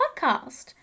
Podcast